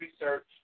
research